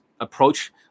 approach